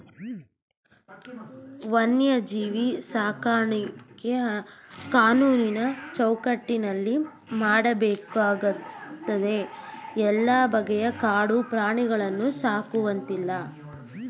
ವನ್ಯಜೀವಿ ಸಾಕಾಣಿಕೆ ಕಾನೂನಿನ ಚೌಕಟ್ಟಿನಲ್ಲಿ ಮಾಡಬೇಕಾಗ್ತದೆ ಎಲ್ಲ ಬಗೆಯ ಕಾಡು ಪ್ರಾಣಿಗಳನ್ನು ಸಾಕುವಂತಿಲ್ಲ